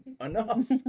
Enough